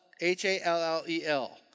H-A-L-L-E-L